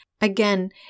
Again